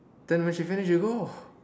then when she finish you go